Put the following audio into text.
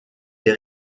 des